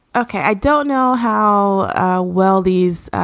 okay. i don't know how well these